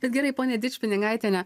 bet gerai ponia dičpinigaitiene